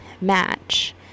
match